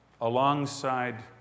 alongside